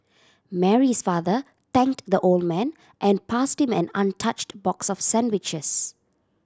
Mary's father thanked the old man and passed him an untouched box of sandwiches